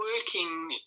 working